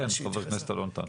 כן, חבר הכנסת אלון טל.